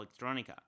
electronica